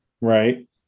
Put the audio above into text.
right